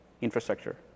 infrastructure